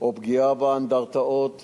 או פגיעה באנדרטאות,